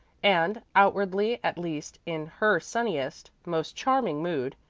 and outwardly at least in her sunniest, most charming mood.